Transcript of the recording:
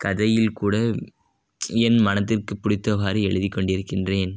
கதையில் கூட என் மனதிற்கு பிடித்தவாறு எழுதிக் கொண்டிருக்கின்றேன்